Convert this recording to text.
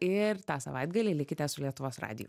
ir tą savaitgalį likite su lietuvos radiju